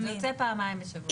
זה יוצא פעמיים בשבוע.